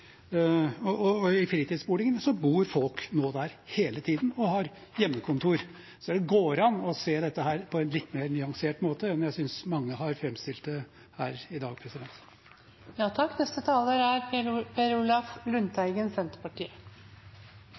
Og i fritidsboligen bor det folk nå hele tiden og har hjemmekontor der. Så det går an å se dette på en litt mer nyansert måte enn jeg synes mange har framstilt det her i dag.